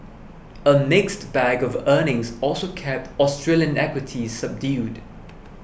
a mixed bag of earnings also kept Australian equities subdued